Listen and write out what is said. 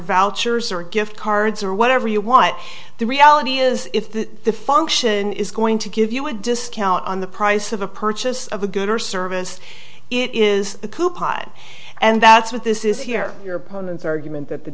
vouchers or gift cards or whatever you want the reality is if the function is going to give you a discount on the price of a purchase of a good or service it is a coup pod and that's what this is here your opponent's argument that the